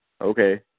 okay